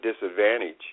disadvantage